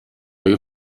های